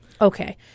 Okay